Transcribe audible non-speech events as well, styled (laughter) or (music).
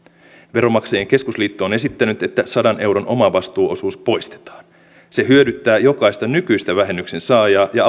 veronmaksajain keskusliitto on esittänyt että sadan euron omavastuuosuus poistetaan se hyödyttää jokaista nykyistä vähennyksen saajaa ja (unintelligible)